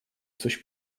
coś